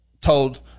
told